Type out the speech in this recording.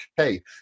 okay